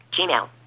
Gmail